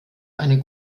eine